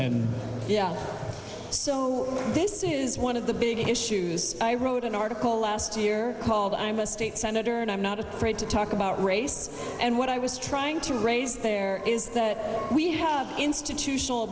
and yeah so this is one of the big issues i wrote an article last year called i'm a state senator and i'm not afraid to talk about race and what i was trying to raise there is that we have institutional